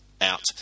out